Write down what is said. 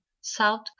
South